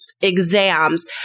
exams